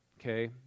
okay